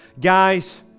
Guys